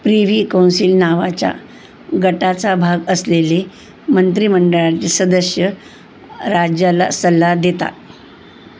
Privi council नावाच्या गटाचा भाग असलेले मंत्रीमंडळाचे सदस्य राजाला सल्ला देतात